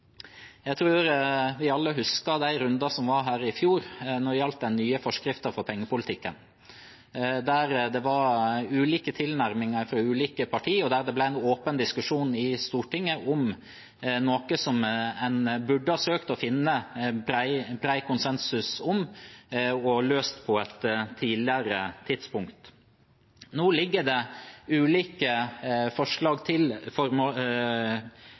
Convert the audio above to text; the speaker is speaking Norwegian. Jeg tror vi alle husker rundene vi hadde her i fjor om den nye forskriften for pengepolitikken. Det var ulike tilnærminger fra ulike partier, og det ble en åpen diskusjon i Stortinget om noe en burde søkt å finne bred konsensus om og løst på et tidligere tidspunkt. Nå ligger det ulike forslag til